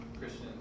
Christian